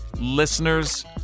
listeners